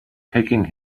taking